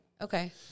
Okay